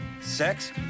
Sex